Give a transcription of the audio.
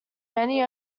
many